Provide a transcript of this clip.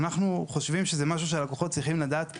אנחנו חושבים שזה משהו שהלקוחות צריכים לדעת תמיד.